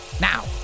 Now